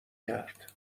کرد